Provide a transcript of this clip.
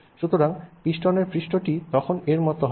সুতরাং পিস্টনের পৃষ্ঠটি তখন এর মতো হবে